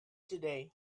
today